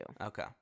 Okay